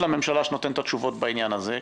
הממשלה שנותן את התשובות בעניין הזה.